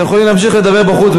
אתם יכולים להמשיך לדבר בחוץ.